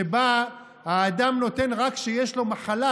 שבה האדם נותן רק כשיש לו מחלה,